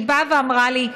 היא באה ואמרה לי: